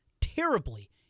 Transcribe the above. terribly